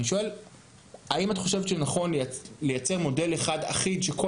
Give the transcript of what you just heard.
אני שואל האם את חושבת שנכון יהיה לייצר מודל אחד אחיד שכל